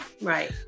Right